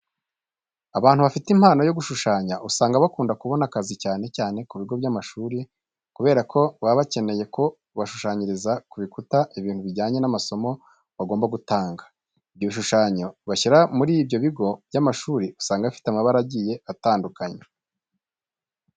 Abantu bafite impano yo gushushanya usanga bakunda kubona akazi cyane cyane ku bigo by'amashuri kubera ko baba bakeneye ko babashushanyiriza ku bikuta ibintu bijyanye n'amasomo bagomba gutanga. Ibyo bishushanyo bashyira muri ibyo bigo by'amashuri usanga bifite amabara agiye atandukanye.